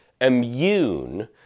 immune